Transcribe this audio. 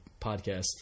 podcast